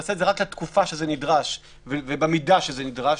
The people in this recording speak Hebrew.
תעשה את זה רק לתקופה שזה נדרש ובמידה שזה נדרש.